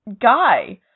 guy